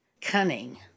cunning